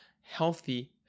healthy